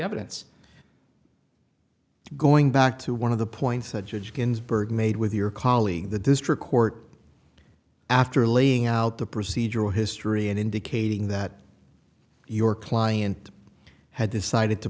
evidence going back to one of the points that judge ginsburg made with your colleague the district court after laying out the procedural history and indicating that your client had decided to